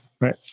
right